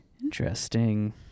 Interesting